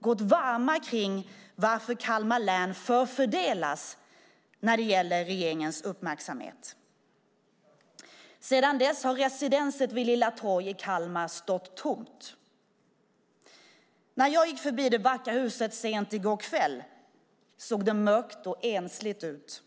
gått varma kring varför Kalmar län förfördelas när det gäller regeringens uppmärksamhet. Sedan dess har residenset vid Lilla Torget i Kalmar stått tomt. När jag gick förbi det vackra huset sent i går kväll såg det mörkt och ensligt ut.